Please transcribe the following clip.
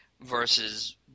versus